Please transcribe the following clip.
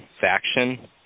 faction